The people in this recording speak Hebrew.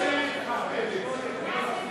שמית.